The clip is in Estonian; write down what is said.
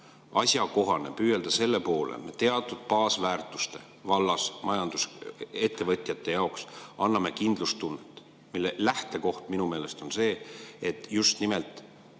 asjakohane püüelda selle poole, et me teatud baasväärtuste vallas anname majandusettevõtjatele kindlustunnet, mille lähtekoht minu meelest on see, et just nimelt